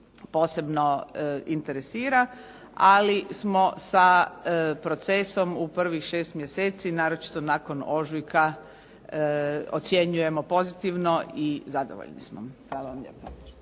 posebno interesira. Ali smo sa procesom u prvih šest mjeseci naročito nakon ožujka ocjenjujemo pozitivno i zadovoljni smo. Hvala vam lijepo.